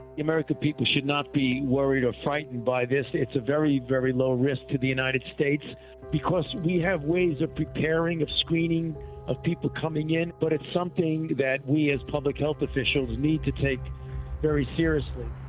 the american people should not be worried or frightened by this. it's a very, very low risk to the united states because we have ways of preparing, of screening of people coming in. but it's something that we, as public health officials, need to take very seriously.